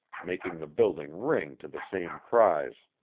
making the building ring to the same cries.